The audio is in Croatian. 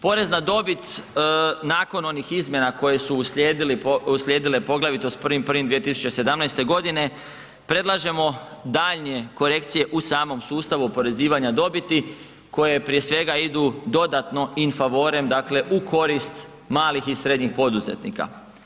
Porez na dobit nakon onih izmjena koje su uslijedile poglavito sa 1.1.2017. g., predlažemo daljnje korekcije u samom sustavu oporezivanja dobiti koje prije svega idu dodatno in favorem, dakle u korist malih i srednjih poduzetnika.